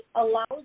allows